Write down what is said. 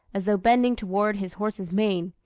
as though bending toward his horse's mane.